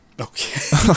Okay